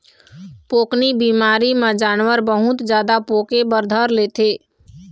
पोकनी बिमारी म जानवर बहुत जादा पोके बर धर लेथे